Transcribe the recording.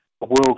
World